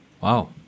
Wow